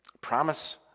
promise